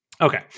Okay